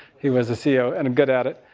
he was a ceo and good at it.